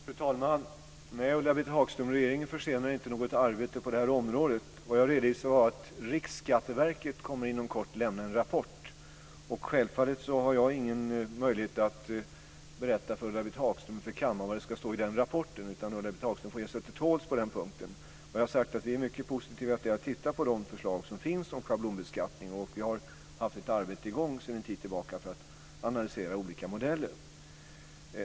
Fru talman! Nej, Ulla-Britt Hagström, regeringen försenar inte något arbete på det här området. Det jag redovisade var att Riksskatteverket inom kort kommer att lämna en rapport. Självfallet har jag ingen möjlighet att berätta för Ulla-Britt Hagström eller kammaren vad det ska stå i den rapporten. Ulla-Britt Hagström får ge sig till tåls på den punkten. Jag har sagt att vi är mycket positiva till att titta närmare på de förslag som finns om schablonbeskattning. Vi har haft ett arbete i gång sedan en tid tillbaka för att analysera olika modeller.